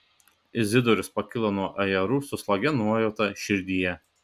izidorius pakilo nuo ajerų su slogia nuojauta širdyje